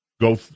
go